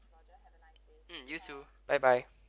mm you too bye bye